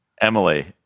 Emily